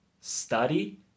study